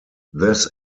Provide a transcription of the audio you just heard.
this